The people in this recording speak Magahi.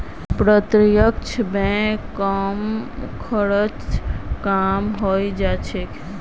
प्रत्यक्ष बैंकत कम खर्चत काम हइ जा छेक